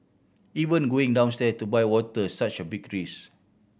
even going downstairs to buy water such a big risk